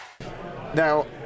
Now